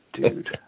dude